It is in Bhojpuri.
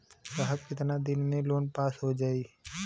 साहब कितना दिन में लोन पास हो जाई?